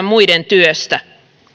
muiden työstä